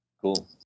Cool